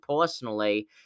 personally